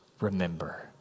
remember